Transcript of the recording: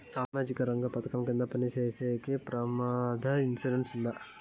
సామాజిక రంగ పథకం కింద పని చేసేవారికి ప్రమాద ఇన్సూరెన్సు ఉందా?